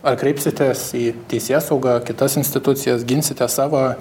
ar kreipsitės į teisėsaugą kitas institucijas ginsite savo